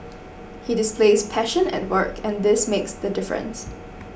he displays passion at work and this makes the difference